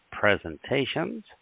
presentations